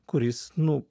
kuris nu